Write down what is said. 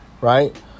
Right